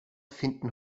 finden